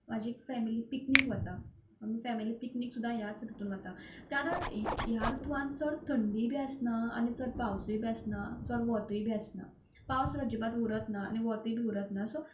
म्हजी एक family picnic वता आमची फॅमिली पिकनीक सुद्दां ह्याच रुतून वता कारण ह्या रुतूवान चड थंडी बी आसना आनी चड पावसय बी आसना चड वतय बी आसना पावस अज्जिबात उरना आनी वतय बी उरना सो